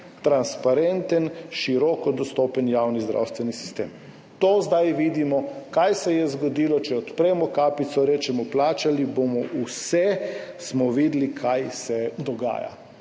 transparenten, široko dostopen javni zdravstveni sistem. To zdaj vidimo, kaj se je zgodilo. Če odpremo kapico, rečemo, plačali bomo vse, smo videli, kaj se dogaja.